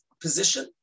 position